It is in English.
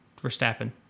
Verstappen